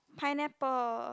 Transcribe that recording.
pineapple